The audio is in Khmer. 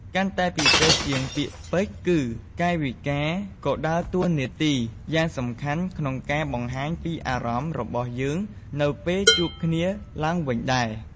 កាន់តែពិសេសជាងពាក្យពេចន៍ គឺកាយវិការក៏ដើរតួនាទីយ៉ាងសំខាន់ក្នុងការបង្ហាញពីអារម្មណ៍របស់យើងនៅពេលជួបគ្នាឡើងវិញដែរ។